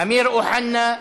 אמיר אוחנה,